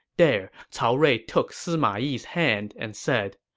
there, cao rui took sima yi's hand and said,